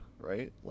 right